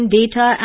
data